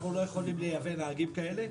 אין לנו יכולת לייבא נהגים כאלה,